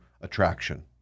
attraction